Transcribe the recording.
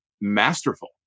masterful